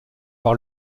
par